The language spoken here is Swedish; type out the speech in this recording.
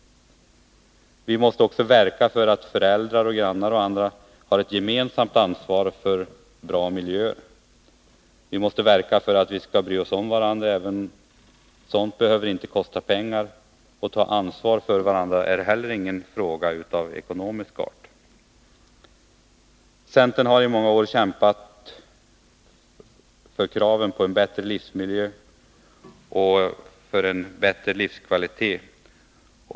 Vi måste också verka för att föräldrar, grannar och andra tar ett gemensamt ansvar för bra miljöer. Vi måste verka för att vi skall bry oss om varandra. Sådant behöver inte kosta pengar. Att ta ansvar för varandra är heller ingen fråga av ekonomisk art. Centern har i många år kämpat för kraven på en bättre livsmiljö och en bättre livskvalitet.